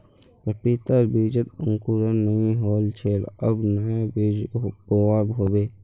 पपीतार बीजत अंकुरण नइ होल छे अब नया बीज बोवा होबे